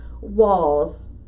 walls